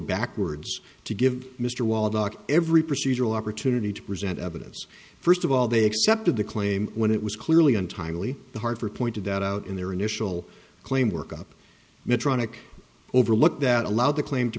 backwards to give mr waldock every procedural opportunity to present evidence first of all they accepted the claim when it was clearly untimely hard for pointed that out in their initial claim work up medtronic overlooked that allowed the claim to